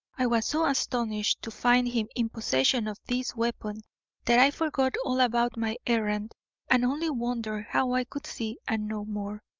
i was so astonished to find him in possession of this weapon that i forgot all about my errand and only wondered how i could see and know more.